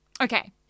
Okay